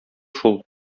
шул